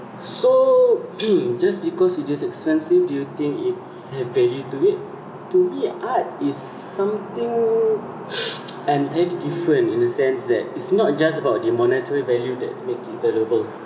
so just because it is expensive do you think it has value to it to me art is something entirely different in a sense that it's not just about the monetary value that makes it valuable